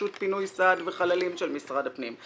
רשות פינוי סעד וחללים של משרד הפנים,